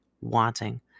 wanting